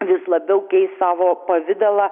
vis labiau keis savo pavidalą